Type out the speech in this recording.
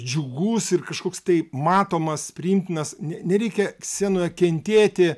džiugus ir kažkoks tai matomas priimtinas ne nereikia scenoje kentėti